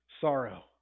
sorrow